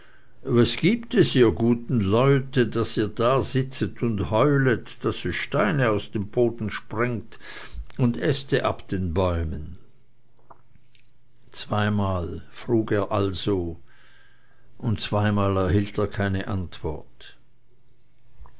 was gibt es ihr guten leute daß ihr da sitzet und heulet daß es steine aus dem boden sprengt und äste ab den bäumen zweimal frug er also und zweimal erhielt er keine antwort